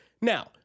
Now